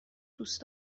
دوست